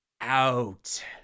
Out